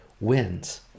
wins